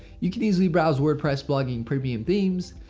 you can easily browse wordpress blogging premium themes.